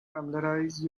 familiarize